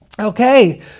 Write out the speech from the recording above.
Okay